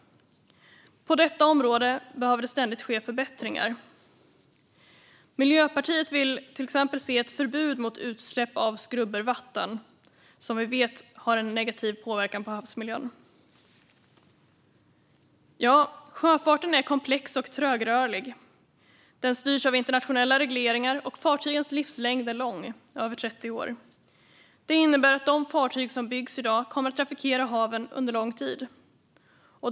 På detta område behöver det ständigt ske förbättringar. Miljöpartiet vill till exempel se ett förbud mot utsläpp av skrubbervatten, som vi vet har en negativ påverkan på havsmiljön. Sjöfarten är komplex och trögrörlig. Den styrs av internationella regleringar, och fartygens livslängd är lång, över 30 år. Det innebär att de fartyg som byggs i dag kommer att trafikera haven under lång tid.